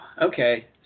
Okay